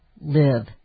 live